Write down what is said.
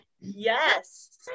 Yes